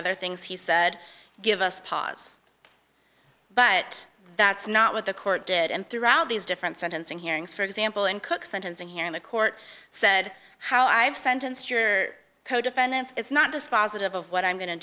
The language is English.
other things he said give us pause but that's not what the court did and throughout these different sentencing hearings for example in cook sentencing hearing the court said how i've sentenced your co defendants it's not dispositive of what i'm going to